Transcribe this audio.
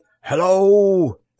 Hello